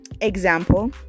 example